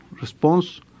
response